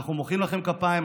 אנחנו מוחאים לכם כפיים,